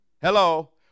Hello